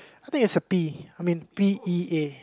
I think is a P I mean pea